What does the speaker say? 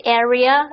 area